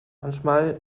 manchmal